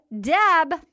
Deb